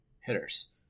hitters